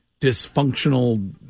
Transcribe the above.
dysfunctional